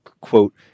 quote